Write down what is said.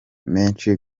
menshi